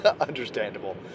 understandable